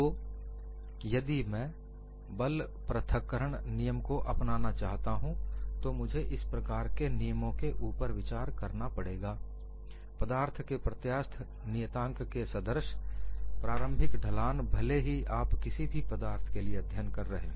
तो यदि मैं बल पृथक्करण नियम को अपनाना चाहता हूं तो मुझे इस प्रकार के नियमों के ऊपर विचार करना पड़ेगा पदार्थ के प्रत्यास्थ नियतांक के सदृश्य प्रारंभिक ढलान भले ही आप किसी भी पदार्थ के लिए अध्ययन कर रहे हो